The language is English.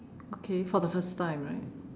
okay for the first time right